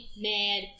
mad